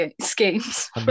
schemes